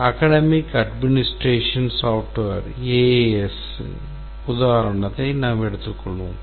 Academic Administration Software இன் உதாரணத்தை எடுத்துக் கொள்வோம்